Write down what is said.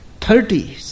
Thirty